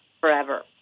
forever